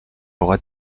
aura